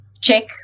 check